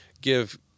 give